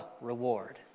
reward